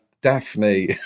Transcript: Daphne